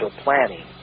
planning